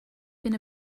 been